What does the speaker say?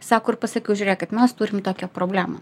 sako ir pasakiau žiūrėkit mes turim tokią problemą